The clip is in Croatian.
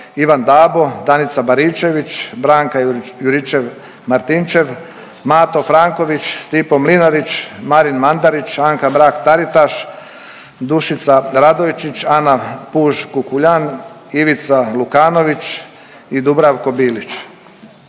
Ivan Dabo, Danica Baričević, Branka Juričev-Martinčev, Mato Franković, Stipo Mlinarić, Marin Mandarić, Anka Mrak-Taritaš, Dušica Radojčić, Ana Puž Kukuljan, Ivica Lukanović i Dubravko Bilić.